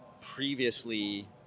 previously